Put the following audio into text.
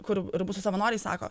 kur ir mūsų savanoriai sako